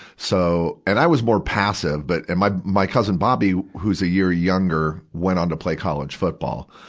so, and i was more passive, but, and my, my cousin, bobby, who's a year younger, went on to play college football.